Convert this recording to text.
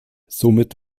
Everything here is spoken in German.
somit